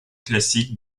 classique